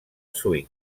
swing